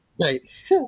right